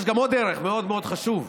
יש גם עוד ערך מאוד מאוד חשוב,